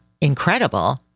incredible